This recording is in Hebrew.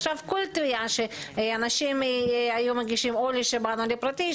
עכשיו כל תביעה שאנשים היו מגישים או לשב"ן או לפרטי,